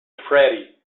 freddie